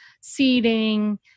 seating